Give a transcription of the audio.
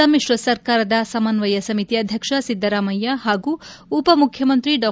ಸಮ್ಮಿಶ್ರ ಸರ್ಕಾರದ ಸಮನ್ವಯ ಸಮಿತಿ ಅಧ್ಯಕ್ಷ ಸಿದ್ದರಾಮಯ್ಯ ಹಾಗೂ ಉಪಮುಖ್ಯಮಂತ್ರಿ ಡಾ